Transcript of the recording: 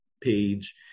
page